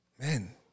man